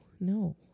No